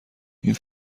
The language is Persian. این